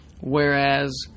Whereas